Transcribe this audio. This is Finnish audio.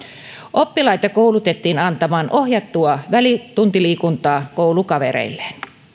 oppilaita koulutettiin antamaan ohjattua välituntiliikuntaa koulukavereilleen